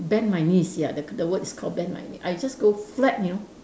bent my knees ya the the word is called bent my knee I just go flat you know